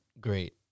great